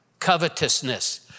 covetousness